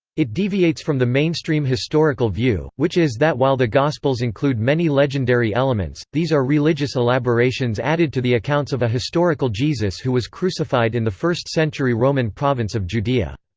it deviates from the mainstream historical view, which is that while the gospels include many legendary elements, these are religious elaborations added to the accounts of a historical jesus who was crucified in the first century roman province of judea.